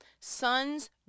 sons